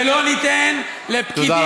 ולא ניתן לפקידים,